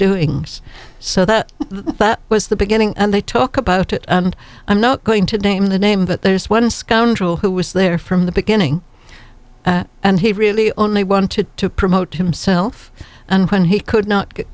doing so that was the beginning and they talk about it and i'm not going to name the name but there's one scoundrel who was there from the beginning and he really only wanted to promote himself and when he could not get